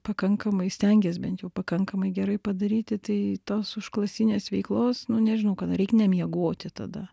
pakankamai stengies bent jau pakankamai gerai padaryti tai tos užklasinės veiklos nu nežinau kada reik nemiegot tada